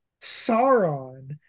Sauron